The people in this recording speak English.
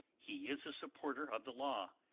he is a supporter of the law,